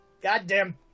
goddamn